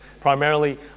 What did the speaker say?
Primarily